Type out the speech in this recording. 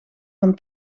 van